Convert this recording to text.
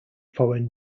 foreign